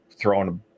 throwing